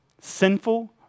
sinful